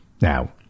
Now